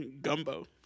Gumbo